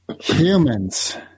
humans